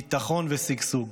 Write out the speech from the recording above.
ביטחון ושגשוג.